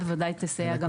בוודאי יסייע גם לנו.